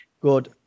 good